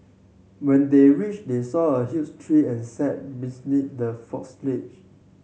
when they reached they saw a huge tree and sat the